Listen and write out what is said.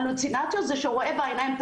והלוצינציות זה שהוא רואה בעיניים את